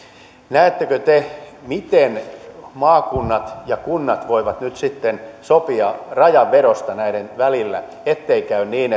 näettekö te miten maakunnat ja kunnat voivat nyt sitten sopia rajanvedosta näiden välillä ettei käy niin